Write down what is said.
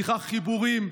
צריכה חיבורים.